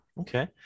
Okay